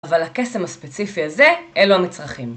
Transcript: אבל הקסם הספציפי הזה, אלו המצרכים.